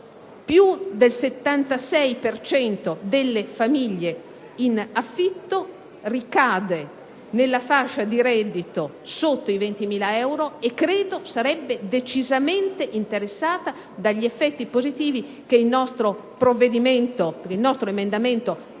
per cento delle famiglie in affitto ricade nella fascia di reddito sotto i 20.000 euro, e credo che esse sarebbero decisamente interessate agli effetti positivi che il nostro emendamento